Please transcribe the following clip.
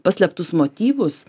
paslėptus motyvus